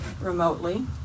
remotely